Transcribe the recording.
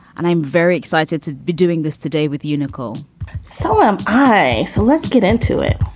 and i'm very excited to be doing this today with unical so am i. so let's get into it